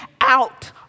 out